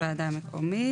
עניין ועדה מקומית.